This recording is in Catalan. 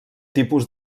tipus